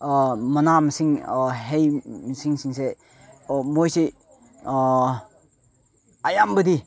ꯃꯅꯥ ꯃꯁꯤꯡ ꯍꯩꯁꯤꯡꯁꯤꯡꯁꯦ ꯃꯣꯏꯁꯦ ꯑꯌꯥꯝꯕꯗꯤ